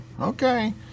Okay